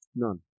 None